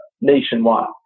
nationwide